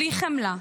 בלי חמלה,